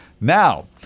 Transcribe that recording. Now